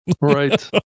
Right